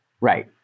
Right